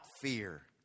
fear